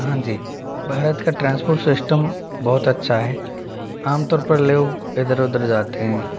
हाँ जी भारत का ट्रांसपोर्ट सिस्टम बहुत अच्छा है आम तौर पर लोग इधर उधर जाते हैं